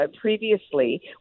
previously